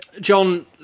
John